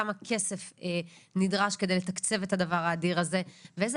כמה כסף נדרש כדי לתקצב את הדבר האדיר הזה ואיזה